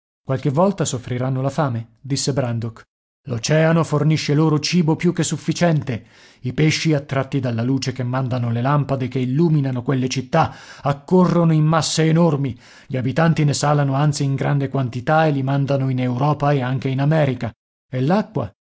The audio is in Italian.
qualche volta soffriranno la fame disse brandok l'oceano fornisce loro cibo più che sufficiente i pesci attratti dalla luce che mandano le lampade che illuminano quelle città accorrono in masse enormi gli abitanti ne salano anzi in grande quantità e li mandano in europa e anche in america e l'acqua